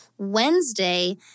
Wednesday